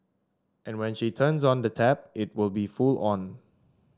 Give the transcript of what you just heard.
and when she turns on the tap it will be full on